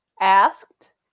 asked